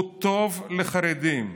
הוא טוב לחרדים,